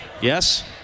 Yes